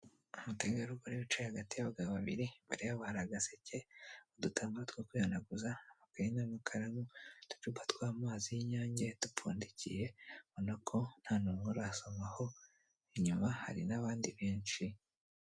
Umutegarugori wicaye hagati y'abagabo babiri imbere yabo hari agaseke, udutambaro two kwihanaguza, udukaye n'amakaramu, uducupa tw'amazi y'inyange dupfundikiye ubona ko nta muntu urasomaho inyuma hari n'abandi benshi.